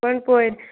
کٔنۍ پورِ